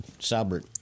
Salbert